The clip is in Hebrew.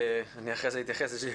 אנחנו צריכים לשמור שלא תהיה אנרכיה,